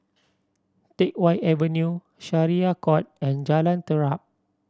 Teck Whye Avenue Syariah Court and Jalan Terap